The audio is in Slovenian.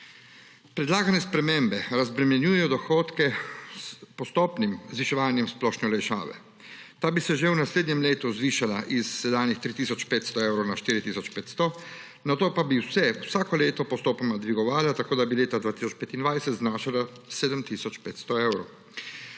Predlagane spremembe razbremenjujejo dohodke s postopnim zviševanjem splošne olajšave. Ta bi se že v naslednjem letu zvišala s sedanjih 3 tisoč 500 evrov na 4 tisoč 500, nato pa bi se vsako leto postopoma dvigovala, tako da bi leta 2025 znašala 7 tisoč 500 evrov.